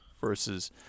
versus